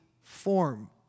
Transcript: form